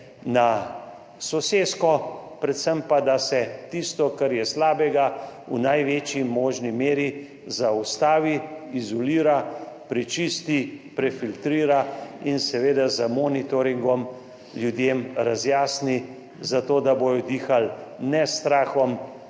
na sosesko, predvsem pa da se tisto, kar je slabega, v največji možni meri zaustavi, izolira, prečisti, prefiltrira in seveda z monitoringom ljudem razjasni, zato da bodo dihali ne s strahom,